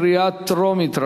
קריאה טרומית.